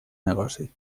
negoci